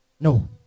No